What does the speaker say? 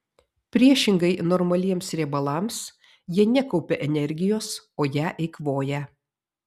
priešingai normaliems riebalams jie nekaupia energijos o ją eikvoja